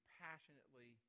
passionately